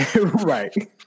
Right